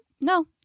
No